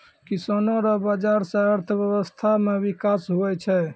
किसानो रो बाजार से अर्थव्यबस्था मे बिकास हुवै छै